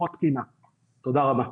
תודה רבה.